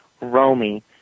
Romy